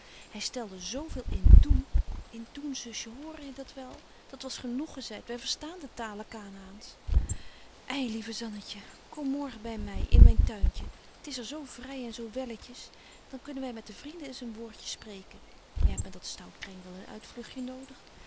hy stelde zo veel in doen in doen zusje hoor je dat wel dat was genoeg gezeit wy verstaan de taale canaäns betje wolff en aagje deken historie van mejuffrouw sara burgerhart ei lieve zannetje kom morgen by my in myn tuintje t is er zo vry en zo welletjes dan kunnen wy met de vrienden eens een woordje spreken jy hebt met dat stout kreng wel een uitvlugtje nodig